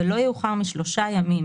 ולא יאוחר משלושה ימים